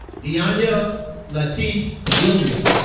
deonya lateese williams